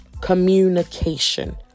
communication